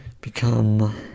become